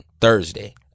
Thursday